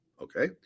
Okay